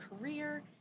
career